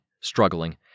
struggling